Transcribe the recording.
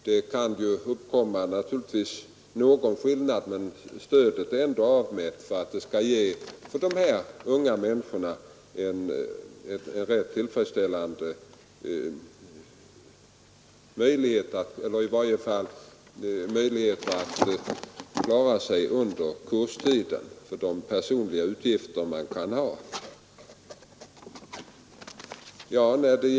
Någon skillnad kan det naturligtvis bli, men stödet är ändå så avvägt att det skall ge dessa unga människor möjligheter att klara sina personliga utgifter under kurstiden.